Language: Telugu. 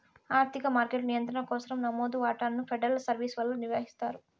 ఆర్థిక మార్కెట్ల నియంత్రణ కోసరం నమోదు వాటాలను ఫెడరల్ సర్వీస్ వల్ల నిర్వహిస్తారు